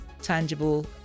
tangible